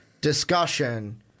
discussion